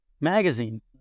magazine